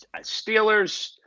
Steelers